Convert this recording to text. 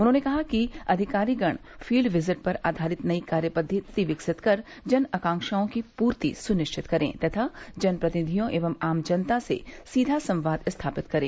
उन्होंने कहा कि अधिकारीगण फील्ड विजिट पर आधारित नयी कार्य पद्वति विकसित कर जन आकाक्षाओं की पूर्ति सुनिश्चित करें तथा जनप्रतिनिधियों एवं आम जनता से सीधा संवाद स्थापित करें